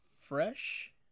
Fresh